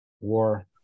war